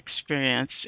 experience